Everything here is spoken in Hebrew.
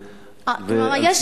כלומר,